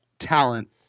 talent